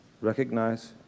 recognize